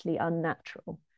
unnatural